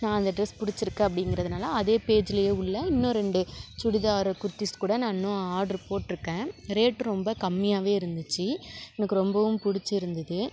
நான் அந்த டிரஸ் பிடிச்சிருக்கு அப்படிங்குறதுனால அதே பேஜ்லையே உள்ள இன்னும் ரெண்டு சுடிதார் குர்திஸ் கூட நான் இன்னும் ஆர்டர் போட்டுருக்கேன் ரேட் ரொம்ப கம்மியாகவே இருந்துச்சு எனக்கு ரொம்பவும் பிடிச்சிருந்தது